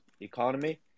economy